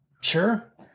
Sure